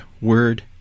word